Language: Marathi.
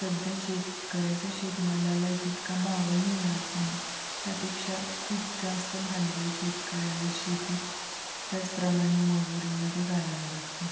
सध्या शेतकऱ्याच्या शेतमालाला जितका भावही मिळत नाही त्यापेक्षा खूप जास्त भांडवल शेतकऱ्याला शेतीत त्याचप्रमाणे मजुरीमध्ये घालावे लागते